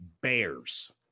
bears